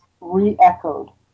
re-echoed